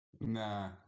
Nah